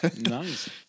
Nice